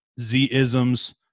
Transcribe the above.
Z-isms